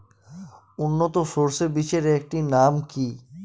উন্নত সরষে বীজের একটি নাম কি?